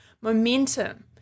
momentum